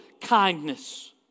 kindness